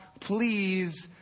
please